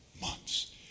months